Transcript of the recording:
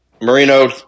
Marino